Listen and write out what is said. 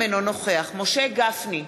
אינו משה גפני,